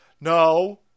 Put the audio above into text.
No